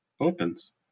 opens